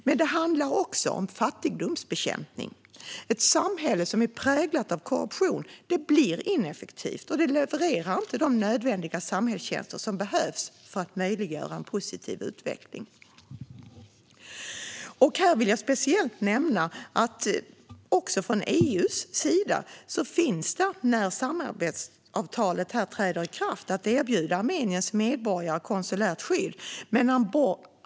Men det handlar också om fattigdomsbekämpning. Ett samhälle präglat av korruption blir ineffektivt och levererar inte de samhällstjänster som är nödvändiga för att möjliggöra en positiv utveckling. Här vill jag särskilt nämna att från EU:s sida finns det när samarbetsavtalet träder i kraft en avsikt att erbjuda Armeniens medborgare konsulärt skydd.